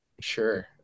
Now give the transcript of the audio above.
Sure